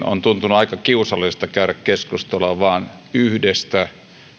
on tuntunut aika kiusalliselta käydä keskustelua vain yhdestä